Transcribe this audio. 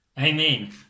Amen